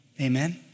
Amen